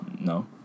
No